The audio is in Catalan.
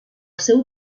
seu